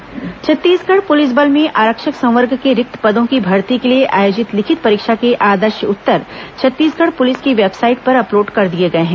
आरक्षक भर्ती दावा आपत्ति छत्तीसगढ़ पुलिस बल में आरक्षक संवर्ग के रिक्त पदों की भर्ती के लिए आयोजित लिखित परीक्षा के आदर्श उत्तर छत्तीसगढ़ पुलिस की वेबसाइट पर अपलोड कर दिए गए हैं